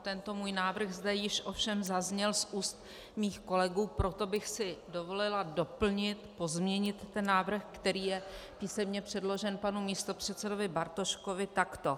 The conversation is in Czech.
Tento můj návrh zde již ovšem zazněl z úst mých kolegů, proto bych si dovolila doplnit, pozměnit ten návrh, který je písemně předložen panu místopředsedovi Bartoškovi, takto.